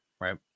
right